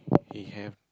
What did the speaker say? he have